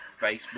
Facebook